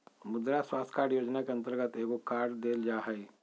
मुद्रा स्वास्थ कार्ड योजना के अंतर्गत एगो कार्ड देल जा हइ